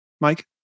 Mike